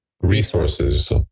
resources